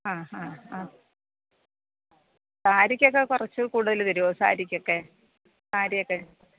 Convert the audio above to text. ആ ഹാ ആ സാരിക്കൊക്കെ കുറച്ച് കൂടുതൽ തരുവോ സാരിക്കക്കെ സാരിയക്കെ